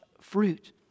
fruit